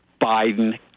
Biden